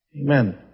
Amen